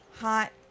hot